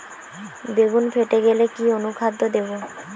বেগুন ফেটে গেলে কি অনুখাদ্য দেবো?